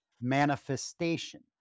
manifestation